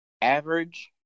average